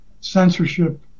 censorship